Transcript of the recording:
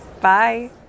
Bye